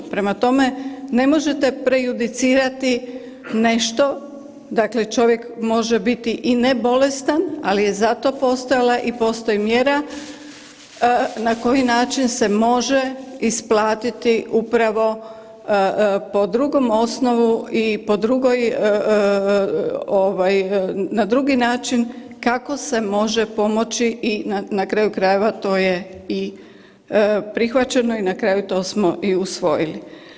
Prema tome ne možete prejudicirati nešto, dakle čovjek može biti i ne bolestan, ali je za to postojala i postoji mjera na koji način se može isplatiti upravo po drugom osnovu i po drugoj ovaj na drugi način kako se može pomoći i na kraju krajeva to je i prihvaćeno i na kraju to smo i usvojili.